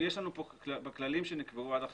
בכללים שנקבעו עד עכשיו,